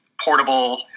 portable